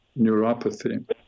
neuropathy